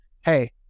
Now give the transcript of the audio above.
Hey